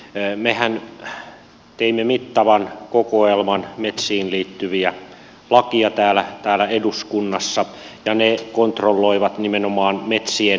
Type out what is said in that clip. mehän teimme mittavan kokoelman metsiin liittyviä lakeja täällä eduskunnassa ja ne kontrolloivat nimenomaan metsien talouskäyttöä